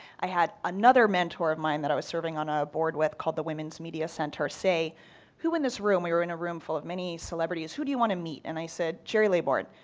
i had another mentor of mine that i was serving on a board with called the women's media center say who in this room we were in a roomful of many celebrates who do you want to meet? and i said, gerry laybourne.